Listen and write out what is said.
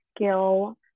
skill